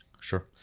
Sure